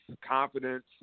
confidence